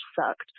sucked